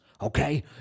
okay